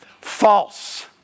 false